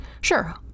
Sure